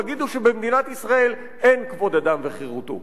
תגידו שבמדינת ישראל אין כבוד אדם וחירותו.